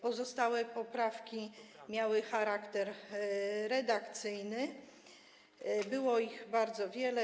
Pozostałe poprawki miały charakter redakcyjny i było ich bardzo wiele.